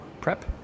prep